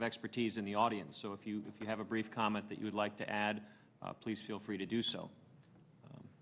of expertise in the audience so if you if you have a brief comment that you would like to add please feel free to do so